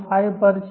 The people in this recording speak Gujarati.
5 પર છે